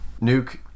nuke